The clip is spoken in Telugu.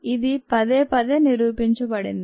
ఇది పదే పదే నిరూపించబడింది